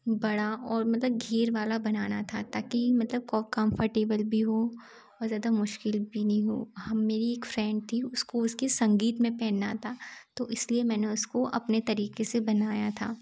बड़ा और मतलब घेर वाला बनाना था ताकि मतलब कम्फर्टेबल भी हो और ज़्यादा मुश्किल भी नी हो हम मेरी एक फ्रेंड थी उसको उसकी संगीत में पहनना था तो इस लिए मैंने उसको अपने तरीक़े से बनाया था